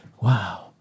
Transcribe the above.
Wow